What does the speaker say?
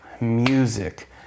music